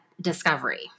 discovery